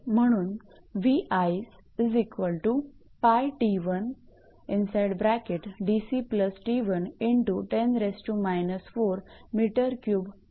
म्हणून 𝑉𝑖𝑐𝑒 𝜋𝑡1𝑑𝑐 𝑡1 × 10−4 𝑚3𝑚 असे असेल